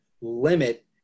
limit